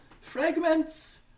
fragments